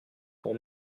pour